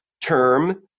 term